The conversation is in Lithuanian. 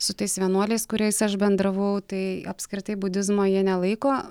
su tais vienuoliais kuriais aš bendravau tai apskritai budizmo jie nelaiko